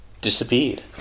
disappeared